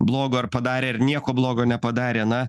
blogo ar padarė ar nieko blogo nepadarė na